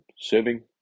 serving